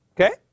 Okay